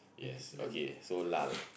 yes okay so lah